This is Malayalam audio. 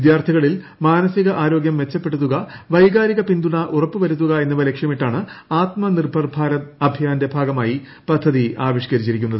വിദ്യാർത്ഥികളിൽ മാനസിക ആരോഗ്യം മെച്ചപ്പെടുത്തുക വൈകാരിക പിന്തുണ ഉറപ്പു വരുത്തുക എന്നിവ ലക്ഷ്യമിട്ടാണ് ആത്മ നിർഭർ ഭാരത് അഭിയാന്റെ ഭാഗമായി പദ്ധതി ആവിഷ്ക്കരിച്ചിരിക്കുന്നത്